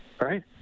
Right